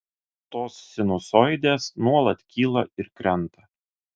tos sinusoidės nuolat kyla ir krenta